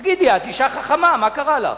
תגידי, את אשה חכמה, מה קרה לך?